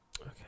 Okay